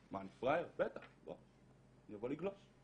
מה, אני פראייר, בטח, אני אבוא לגלוש.